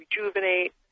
rejuvenate